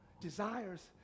desires